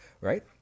right